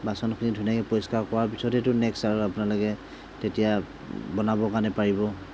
বাচনখিনি ধুনীয়াক ধুই পৰিস্কাৰ কৰাৰ পাছতেইতো নেক্সট আৰু আপোনালোকে তেতিয়া বনাবৰ কাৰণে পাৰিব